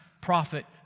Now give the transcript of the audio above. prophet